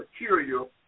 material